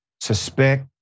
suspect